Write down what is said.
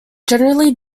generally